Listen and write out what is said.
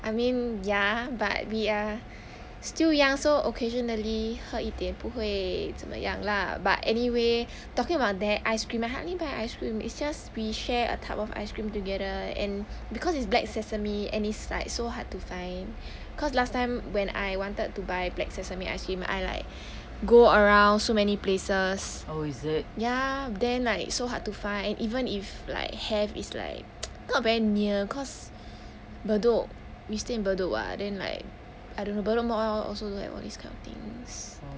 I mean ya but we are still young so occasionally 喝一点不会怎么样 lah but anyway talking about their ice cream I hardly buy ice cream it's just we share a tub of ice cream together and because it's black sesame and is like so hard to find cause last time when I wanted to buy black sesame ice cream I like go around so many places ya then like so hard to find even if like have is like not very near cause bedok we stay in bedok [what] then like I don't know bedok mall also don't have all these kind of things